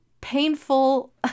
painful